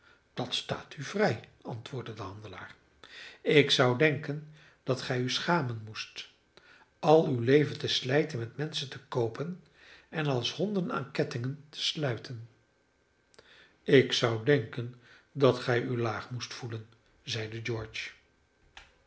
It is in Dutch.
dat staat u vrij antwoordde de handelaar ik zou denken dat gij u schamen moest al uw leven te slijten met menschen te koopen en als honden aan kettingen te sluiten ik zou denken dat gij u laag moest voelen zeide george